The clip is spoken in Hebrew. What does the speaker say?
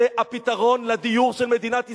זה הפתרון לדיור של מדינת ישראל.